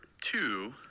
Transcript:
two